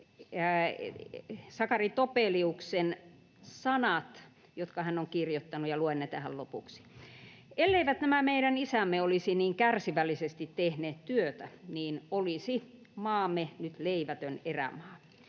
Sakari Topeliuksen sanat, jotka hän on kirjoittanut, ja luen ne tähän lopuksi. ”Elleivät nämä meidän isämme olisi niin kärsivällisesti tehneet työtä, niin olisi maamme nyt leivätön erämaa.